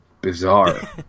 bizarre